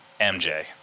MJ